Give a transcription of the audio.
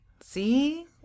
See